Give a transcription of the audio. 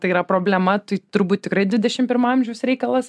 tai yra problema tai turbūt tikrai dvidešimt pirmo amžiaus reikalas